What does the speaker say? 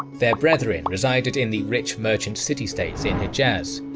their brethren resided in the rich merchant city-states in hijaz.